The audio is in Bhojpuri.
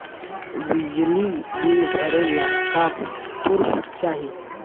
बिजली बिल भरे ला का पुर्फ चाही?